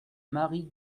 marie